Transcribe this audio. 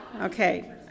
Okay